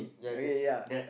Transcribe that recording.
ya that that